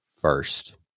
first